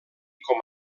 com